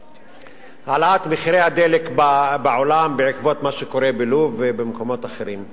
העלאת מחירי הדלק בעולם בעקבות מה שקורה בלוב ובמקומות אחרים.